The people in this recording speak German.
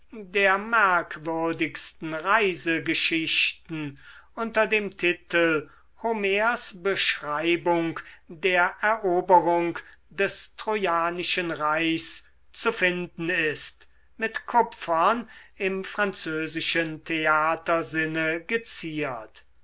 der merkwürdigsten reisegeschichten unter dem titel homers beschreibung der eroberung des trojanischen reichs zu finden ist mit kupfern im französischen theatersinne geziert